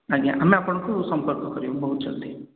ଆଜ୍ଞା ଆମେ ଆପଣଙ୍କୁ ସମ୍ପର୍କ କରିବୁ ବହୁତ ଜଲଦି